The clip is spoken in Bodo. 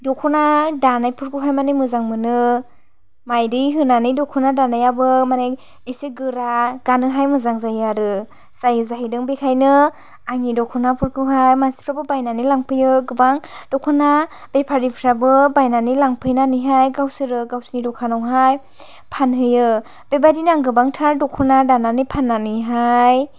दख'ना दानाय फोरखौहाय माने मोजां मोनो मायदि होनानै दख'ना दानायाबो माने एसे गोरा गाननोहाय मोजां जायो आरो जायो जाहैदों बेखायनो आंनि दख'नाफोरखौहाय मानसिफ्राबो बायनानै लांफैयो गोबां दख'ना बेफारिफ्राबो बायनानै लांफैनानै हाय गावसोरो गावसिनि दखानावहाय फानहैयो बेबादिनो आं गोबांथार दख'ना दानानैहाय फाननानै हाय